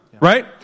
right